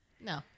no